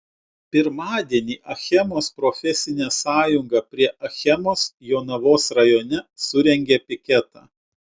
pirmadienį achemos profesinė sąjunga prie achemos jonavos rajone surengė piketą